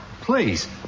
Please